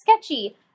sketchy